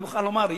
אני מוכרח לומר,